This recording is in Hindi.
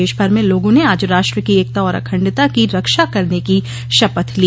देशभर में लोगों ने आज राष्ट्र की एकता और अखंडता की रक्षा करने की शपथ ली